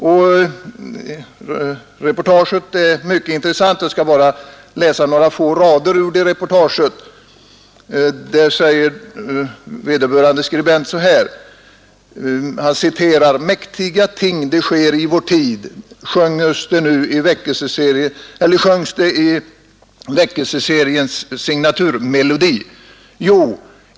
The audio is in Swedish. Reportaget är mycket intressant, och jag skall läsa upp några få rader ur det. Artikelförfattaren skriver bl.a. följande: ” Mäktiga ting det sker i vår tid... sjungs det i väckelseseriens signaturmelodi. Jo.